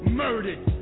murdered